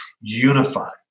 unified